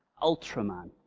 ultraman.